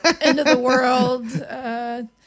end-of-the-world